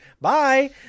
Bye